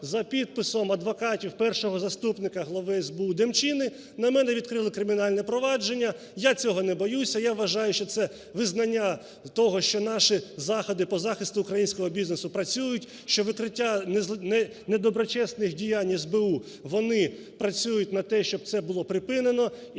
за підписом адвокатів першого заступника глави СБУДемчини, на мене відкрили кримінальне провадження. Я цього не боюся, я вважаю, що це визнання того, що наші заходи по захисту українського бізнесу працюють, що відкриття недоброчесних діянь СБУ, вони працюють на те, щоб це було припинено.